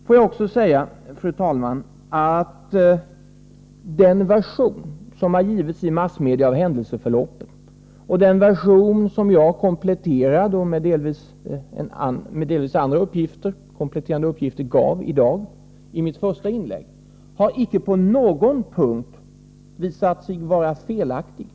Får jag också säga, fru talman, att den version av händelseförloppet som har givits i massmedia och den version som jag med delvis andra kompletterande uppgifter gav i mitt första inlägg här i dag icke på någon punkt har visat sig vara felaktiga.